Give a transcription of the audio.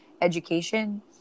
education